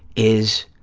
is